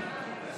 ההסתייגות (3) של